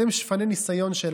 אתם שפני ניסיונות שלנו.